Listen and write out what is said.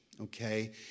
okay